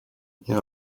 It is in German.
ihre